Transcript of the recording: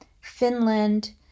Finland